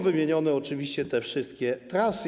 Wymienione są oczywiście wszystkie trasy.